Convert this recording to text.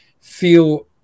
feel